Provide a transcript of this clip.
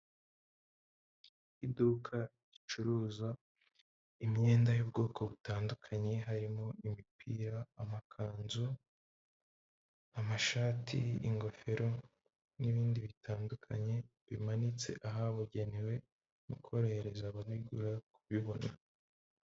Iduka ricuruza imyenda y'ubwoko butandukanye harimo imipira, amakanzu, amashati, ingofero n'ibindi bitandukanye bimanitse ahabugenewe mu korohereza ababigura kubibona.